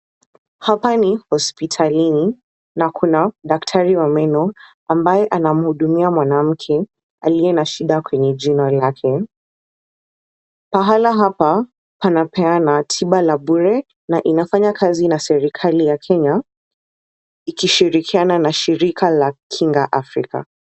Hapa ni hospitalini na kuna daktari wa meno ambaye anamhudumia mwanamke aliye na shida kwenye jino lake. Pahala hapa panapeana tiba la bure na inafanya kazi na serikali ya Kenya ikishirikiana na shirika la Kinga Afrika.